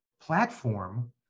platform